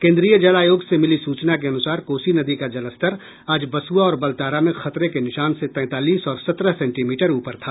केन्द्रीय जल आयोग से मिली सूचना के अनुसार कोसी नदी का जलस्तर आज बसुआ और बलतारा में खतरे के निशान से तैंतालिस और सत्रह सेंटीमीटर ऊपर था